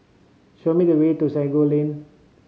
show me the way to Sago Lane